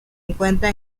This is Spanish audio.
encuentra